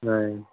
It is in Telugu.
ఆయ్